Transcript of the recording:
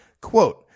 Quote